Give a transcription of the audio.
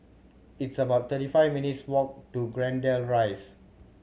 it's about thirty five minutes' walk to Greendale Rise